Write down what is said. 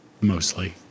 Mostly